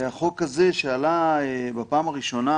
החוק הזה שעלה בפעם הראשונה,